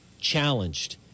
challenged